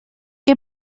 que